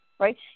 right